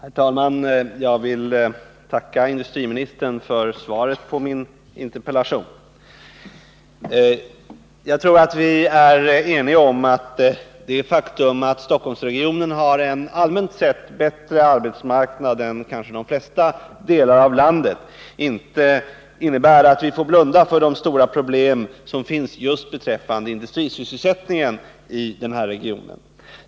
Herr talman! Jag vill tacka industriministern för svaret på min interpellation. Jag tror att vi är eniga om att det faktum att Stockholmsregionen har en allmänt sett bättre arbetsmarknad än kanske de flesta delar av landet inte innebär att vi får blunda för de stora problem som finns just beträffande industrisysselsättningen i denna region.